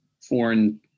foreign